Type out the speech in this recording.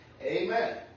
Amen